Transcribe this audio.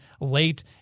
late